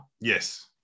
Yes